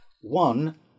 One